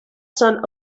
son